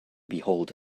behold